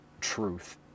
truth